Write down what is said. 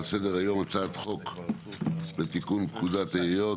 על סדר היום הצעת חוק לתיקון פקודת העיריות,